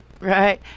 right